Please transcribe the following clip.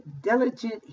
diligent